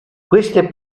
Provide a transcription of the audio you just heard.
queste